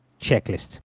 checklist